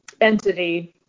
entity